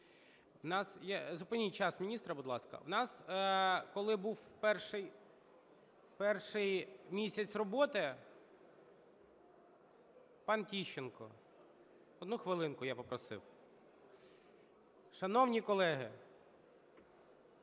Зупиніть час міністра, будь ласка. У нас, коли був перший місяць роботи… Пан Тищенко, одну хвилинку я попросив. Шановні колеги!